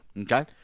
Okay